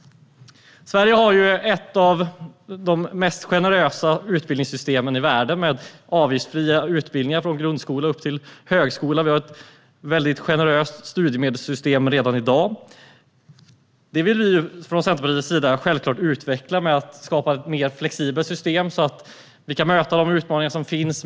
Sverige har ett av de mest generösa utbildningssystemen i världen med avgiftsfria utbildningar från grundskola upp till högskola. Vi har ett väldigt generöst studiemedelssystem redan i dag. Det vill vi från Centerpartiets sida självklart utveckla genom att skapa mer flexibla system, så att vi kan möta de utmaningar som finns.